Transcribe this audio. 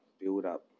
build-up